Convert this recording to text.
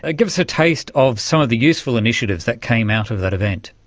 ah give us a taste of some of the useful initiatives that came out of that event.